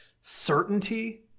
certainty